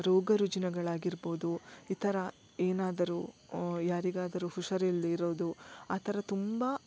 ರೋಗ ರುಜಿನಗಳಾಗಿರಬೋದು ಈ ಥರ ಏನಾದರು ಯಾರಿಗಾದರು ಹುಷಾರಿಲ್ಲ ಇರೋದು ಆ ಥರ ತುಂಬ